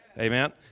Amen